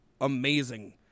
amazing